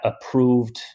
approved